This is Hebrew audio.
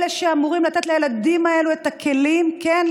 אלה שאמורים לתת לילדים האלה את הכלים כן,